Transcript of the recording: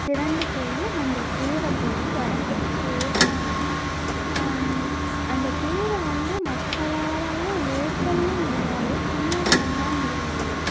திரண்டு போய் அந்த தேரை போய் வடம் பிடிச்சு இழுப்பாங்க அந்த தேரை வந்து மக்களாலாம் இழுக்கவே முடியாது பின்னாடி வந்த அந்த